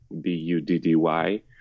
B-U-D-D-Y